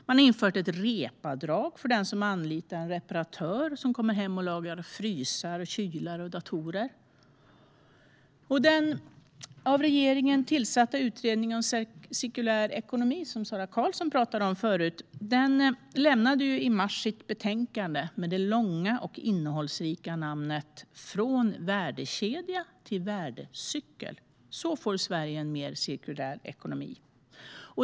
Man har infört ett rep-avdrag för den som anlitar en reparatör som kommer hem och lagar frysar, kylar och datorer. Den av regeringen tillsatta utredningen om cirkulär ekonomi, som Sara Karlsson pratade om tidigare, lämnade i mars sitt betänkande med det långa och innehållsrika namnet Från värdekedja till värdecykel - så får Sverige en mer cirkulär ekonomi .